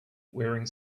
wearing